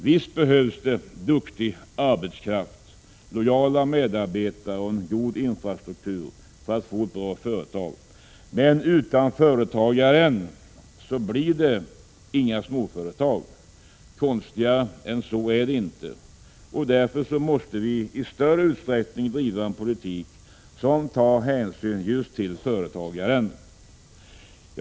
Visst behövs det duktig arbetskraft, lojala medarbetare och en god infrastruktur för att få ett bra företag. Men utan företagaren själv blir det inga småföretag. Konstigare än så är det inte. Därför måste vi i större utsträckning driva en politik som tar hänsyn just till företagare.